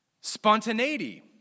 Spontaneity